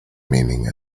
meaning